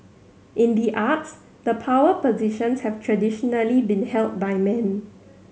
in the arts the power positions have traditionally been held by men